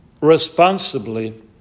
responsibly